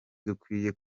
dukwiye